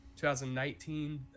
2019